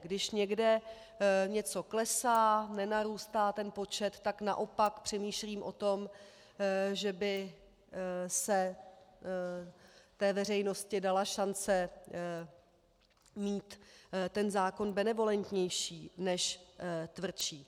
Když někde něco klesá, nenarůstá ten počet, tak naopak přemýšlím o tom, že by se veřejnosti dala šance mít ten zákon benevolentnější než tvrdší.